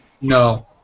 No